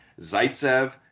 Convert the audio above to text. Zaitsev